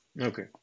Okay